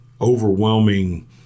overwhelming